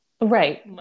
right